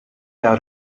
out